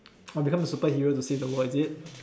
oh become a superhero to save the world is it